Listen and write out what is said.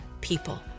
people